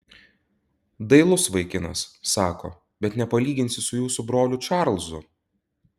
dailus vaikinas sako bet nepalyginsi su jūsų broliu čarlzu